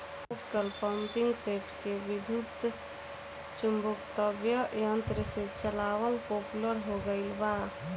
आजकल पम्पींगसेट के विद्युत्चुम्बकत्व यंत्र से चलावल पॉपुलर हो गईल बा